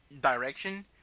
direction